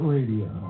Radio